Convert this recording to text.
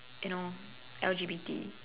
you know L_G_B_T